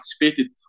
participated